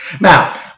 Now